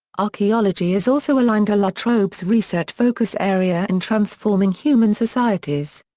archaeology is also aligned to la trobe's research focus area in transforming human societies.